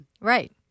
Right